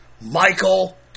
Michael